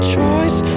choice